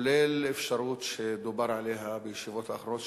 כולל האפשרות שדובר עליה בישיבות האחרונות,